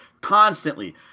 constantly